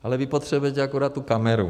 Ale vy potřebujete akorát tu kameru.